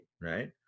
right